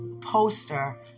poster